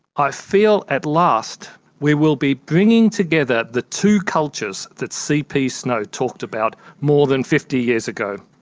i feel at last we will be bringing together the two cultures that cp snow talked about more than fifty years ago.